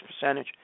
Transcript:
percentage